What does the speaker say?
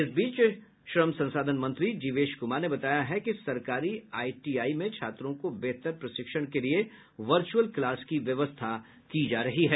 इस बीच श्रम संसाधन मंत्री जीवेश कुमार ने बताया है कि सरकारी आईटीआई में छात्रों को बेहतर प्रशिक्षण के लिए वर्चुअल क्लास की व्यवस्था की जा रही है